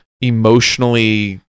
emotionally